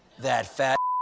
that fat